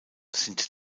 sind